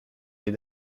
les